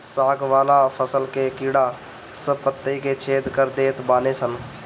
साग वाला फसल के कीड़ा सब पतइ के छेद कर देत बाने सन